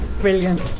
Brilliant